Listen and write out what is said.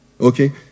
Okay